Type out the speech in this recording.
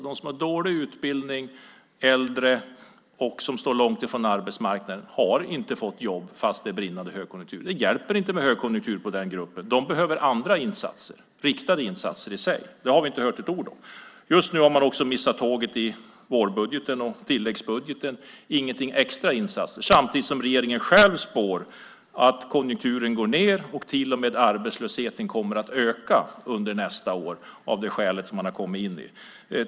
De som har dålig utbildning, bland annat äldre, och står långt från arbetsmarknaden har inte fått jobb fastän det är brinnande högkonjunktur. Det hjälper inte med högkonjunktur för den gruppen. De behöver andra insatser, riktade sådana. Det har vi inte hört ett ord om. Nu har man dessutom missat tåget i tilläggsbudgeten. Där finns inga extra insatser. Samtidigt spår regeringen att konjunkturen går ned och att arbetslösheten till och med kommer att öka under nästa år.